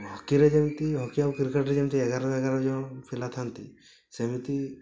ହକିରେ ଯେମିତି ହକି ଆଉ କ୍ରିକେଟ୍ରେ ଯେମିତି ଏଗାର ଏଗାର ଜଣ ପିଲା ଥାଆନ୍ତି ସେମିତି